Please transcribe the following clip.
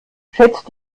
schätzt